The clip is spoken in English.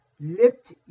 lift